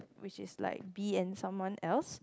which is like B and someone else